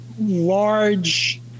large